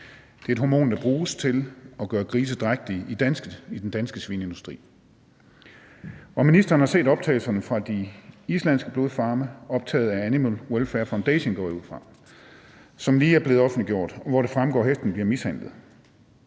Det er et hormon, der bruges til at gøre grise drægtige i den danske svineindustri. Ministeren har set optagelserne, går jeg ud fra, fra de islandske blodfarme optaget af Animal Welfare Foundation, som lige er blevet offentliggjort, og hvoraf det fremgår, at hestene bliver mishandlet.